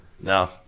No